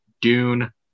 Dune